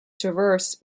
traversed